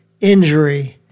injury